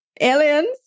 aliens